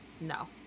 no